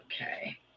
Okay